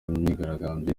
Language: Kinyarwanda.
myigaragambyo